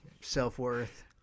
self-worth